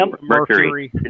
Mercury